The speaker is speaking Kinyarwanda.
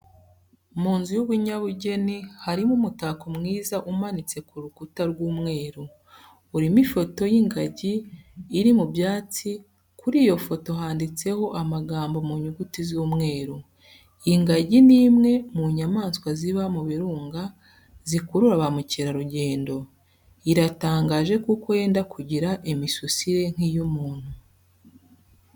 Mu nzu y'umunyabugeni hari umutako mwiza umanitse ku rukuta rw'umweru, urimo ifoto y'ingagi iri mu byatsi kuri iyo foto handitseho amagambo mu nyuguti z'umweru, ingagi ni imwe mu nyamaswa ziba mu birunga zikurura ba mukerarugendo, iratangaje kuko yenda kugira imisusire nk'iy'umuntu.